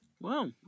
Wow